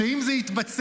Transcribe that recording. שאם זה יתבצע,